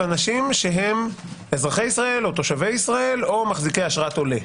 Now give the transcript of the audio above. אנשים שהם אזרחי ישראל או תושבי ישראל או מחזיקי אשרת עולה.